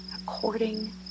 according